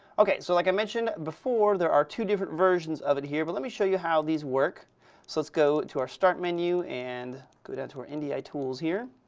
okay so like i mentioned before there are two different versions of it here but let me show you how these work so let's go to our start menu and go down to our ndi tools here